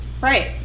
right